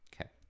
Okay